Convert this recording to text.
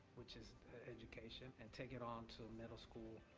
which is education, and take it on to the middle school,